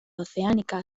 oceánica